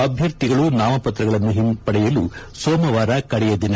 ಅಭ್ಲರ್ಥಿಗಳು ನಾಮಪತ್ರಗಳನ್ನು ಹಿಂಪಡೆಯಲು ಸೋಮವಾರ ಕಡೆಯ ದಿನ